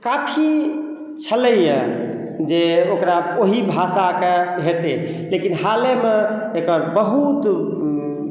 काफी छलैया जे ओकरा ओहि भाषाके होयत लेकिन हालेमे एकर बहुत